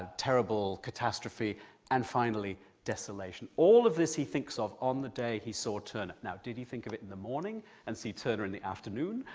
terrible catastrophe and finally desolation. all of this he thinks of on the day he saw turner. did he think of it in the morning and see turner in the afternoon?